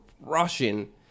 rushing